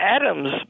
Adams